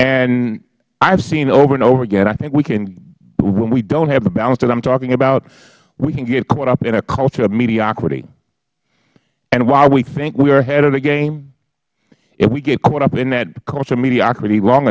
and i have seen over and over again i think we canh when we don't have the balance that i am talking about we can get caught up in a culture of mediocrity and while we think we are ahead of the game if we get caught up in that culture of mediocrity long